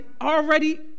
already